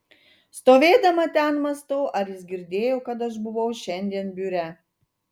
stovėdama ten mąstau ar jis girdėjo kad aš buvau šiandien biure